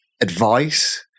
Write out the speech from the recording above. advice